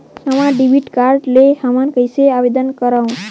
नवा debit card ले हमन कइसे आवेदन करंव?